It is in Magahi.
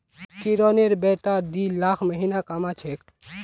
किरनेर बेटा दी लाख महीना कमा छेक